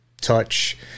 touch